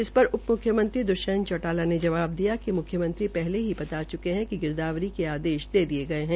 इस पर उप मुख्यमंत्री द्ष्यंत चौटाला ने जवा दिया कि मुख्यमंत्री पहले ही ता चुके है कि गिरदावरी के आदेश दे दिये है